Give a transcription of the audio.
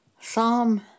Psalm